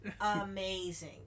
amazing